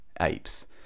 apes